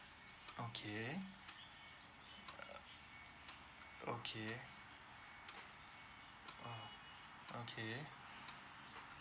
okay okay oh okay